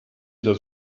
das